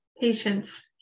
Patience